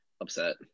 upset